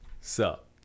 sup